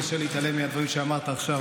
קשה להתעלם מהדברים שאמרת עכשיו.